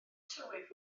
tywydd